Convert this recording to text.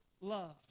love